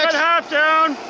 half down!